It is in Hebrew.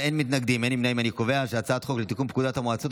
ההצעה להעביר את הצעת החוק לתיקון פקודת המועצות